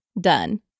done